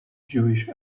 jewish